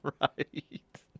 Right